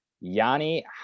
Yanni